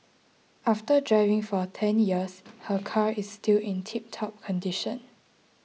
after driving for ten years her car is still in tiptop condition